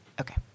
okay